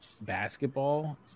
basketball